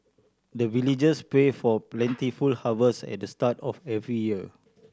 the villagers pray for plentiful harvest at the start of every year